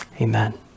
Amen